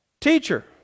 teacher